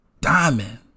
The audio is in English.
diamond